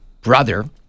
brother